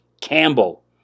Campbell